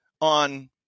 on